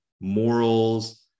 morals